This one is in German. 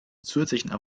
zusätzlichen